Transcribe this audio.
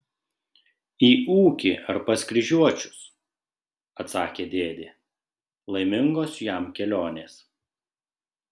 į ūkį ar pas kryžiuočius atsakė dėdė laimingos jam kelionės